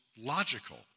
logical